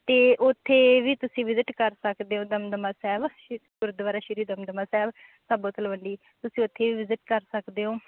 ਅਤੇ ਉੱਥੇ ਵੀ ਤੁਸੀਂ ਵਿਜਿਟ ਕਰ ਸਕਦੇ ਹੋ ਦਮਦਮਾ ਸਾਹਿਬ ਗੁਰਦੁਆਰਾ ਸ਼੍ਰੀ ਦਮਦਮਾ ਸਾਹਿਬ ਸਾਬੋ ਤਲਵੰਡੀ ਤੁਸੀਂ ਉੱਥੇ ਵੀ ਵਿਜਿਟ ਕਰ ਸਕਦੇ ਹੋ